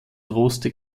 droste